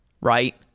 right